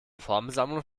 formelsammlung